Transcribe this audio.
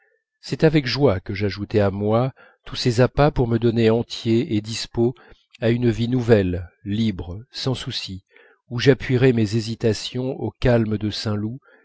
c'est avec joie que j'ajoutais à moi tous ces appas pour me donner entier et dispos à une vie nouvelle libre sans souci où j'appuierais mes hésitations au calme de saint loup